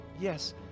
yes